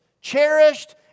cherished